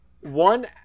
one